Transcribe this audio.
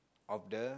of the